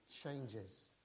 changes